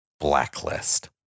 Blacklist